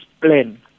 plan